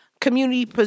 community